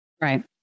Right